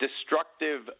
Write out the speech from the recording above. destructive